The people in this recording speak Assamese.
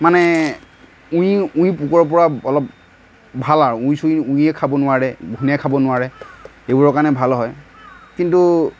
মানে উঁই উঁই পোকৰ পৰা অলপ ভাল আৰু উঁই চুই উঁয়ে খাব নোৱাৰে ঘূণে খাব নোৱাৰে এইবোৰৰ কাৰণে ভাল হয় কিন্তু